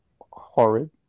horrid